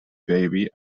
baby